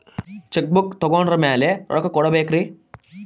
Check book ತೊಗೊಂಡ್ರ ಮ್ಯಾಲೆ ರೊಕ್ಕ ಕೊಡಬೇಕರಿ?